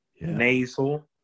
nasal